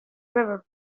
river